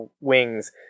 wings